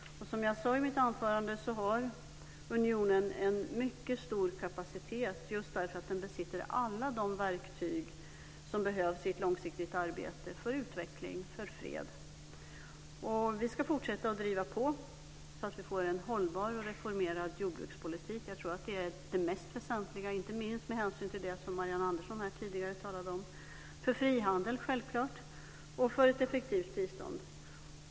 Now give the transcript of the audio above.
Som jag sade i mitt anförande har unionen en mycket stor kapacitet just därför att den besitter alla de verktyg som behövs i ett långsiktigt arbete för utveckling och för fred. Vi ska fortsätta att driva på så att vi får en hållbar och reformerad jordbrukspolitik. Jag tror att det är det mest väsentliga, inte minst med hänsyn till det som Marianne Andersson här tidigare talade om. Det gäller självfallet också frihandeln och ett effektivt bistånd.